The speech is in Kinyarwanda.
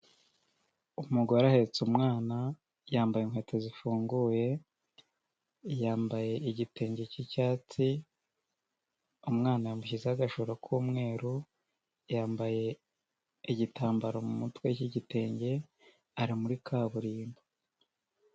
Umugore ahetse umwana, yambaye inkweto zifunguye, yambaye igitenge cy'icyatsi, umwana yamushyizeho agashuka k'umweru, yambaye igitambaro mu mutwe cy'igitenge ari muri kaburimbo.